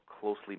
closely